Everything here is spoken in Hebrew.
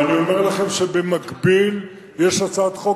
ואני אומר לכם שבמקביל יש הצעת חוק